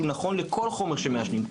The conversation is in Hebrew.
שהם נכונים לכל חומר שמעשנים.